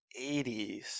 80s